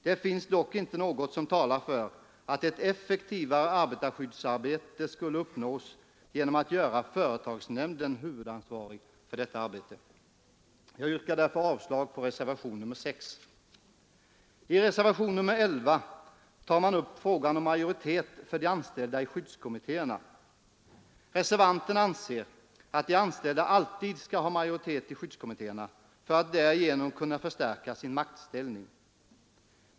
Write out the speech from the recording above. Det finns dock inte något som talar för att ett effektivare arbetarskydd skulle uppnås genom att företagsnämnden görs ansvarig för detta arbete. Jag yrkar därför avslag på reservationen 6. I reservationen 11 tas frågan om majoritet för de anställda i skyddskommittéerna upp. Reservanten anser att de anställda alltid skall ha majoritet i skyddskommittéerna för att därigenom kunna stärka sin maktställning.